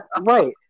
right